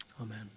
Amen